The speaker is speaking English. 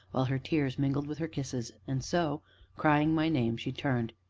while her tears mingled with her kisses, and so crying my name, she turned,